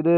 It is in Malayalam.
ഇത്